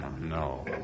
No